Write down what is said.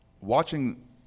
watching